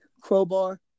crowbar